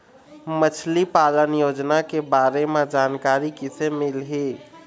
मछली पालन योजना के बारे म जानकारी किसे मिलही?